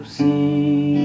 see